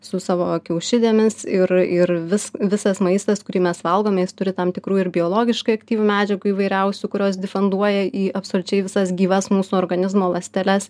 su savo kiaušidėmis ir ir vis visas maistas kurį mes valgome jis turi tam tikrų ir biologiškai aktyvių medžiagų įvairiausių kurios difenduoja į absoliučiai visas gyvas mūsų organizmo ląsteles